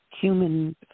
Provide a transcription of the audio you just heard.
human